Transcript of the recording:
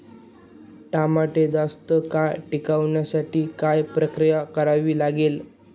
टमाटे जास्त काळ टिकवण्यासाठी काय प्रक्रिया करावी लागेल?